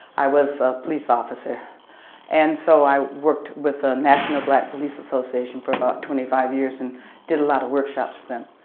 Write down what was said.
i was a police officer and so i worked with a national black police association for about twenty five years and did a lot of workshops with them.